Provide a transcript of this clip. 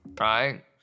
right